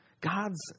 God's